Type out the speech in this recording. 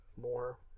more